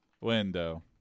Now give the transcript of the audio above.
window